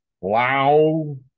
wow